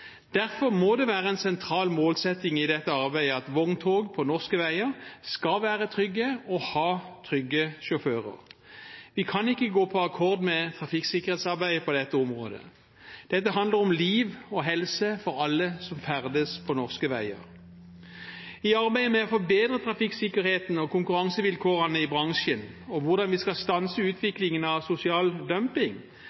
sentral målsetting i dette arbeidet at vogntog på norske veier skal være trygge og ha trygge sjåfører. Vi kan ikke gå på akkord med trafikksikkerhetsarbeidet på dette området. Dette handler om liv og helse for alle som ferdes på norske veier. I arbeidet med å forbedre trafikksikkerheten og konkurransevilkårene i bransjen og å stanse sosial dumping må vi